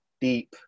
deep